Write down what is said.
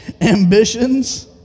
ambitions